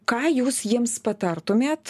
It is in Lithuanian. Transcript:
ką jūs jiems patartumėt